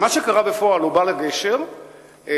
מה שקרה בפועל הוא שהוא בא לגשר אלנבי